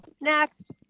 Next